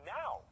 now